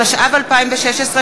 התשע"ו 2016,